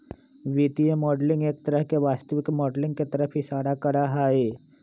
वित्तीय मॉडलिंग एक तरह से वास्तविक माडलिंग के तरफ इशारा करा हई